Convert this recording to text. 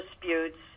disputes